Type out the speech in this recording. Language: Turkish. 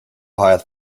hayat